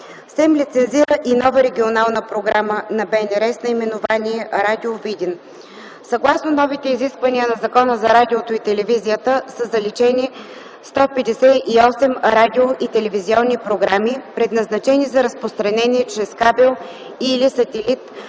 СЕМ лицензира и нова регионална програма на БНР с наименование „Радио Видин”. Съгласно новите изисквания на Закона за радиото и телевизията (ЗРТ), са заличени 158 радио- и телевизионни програми, предназначени за разпространение чрез кабел и/или сателит,